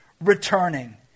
returning